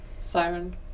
siren